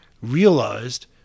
realized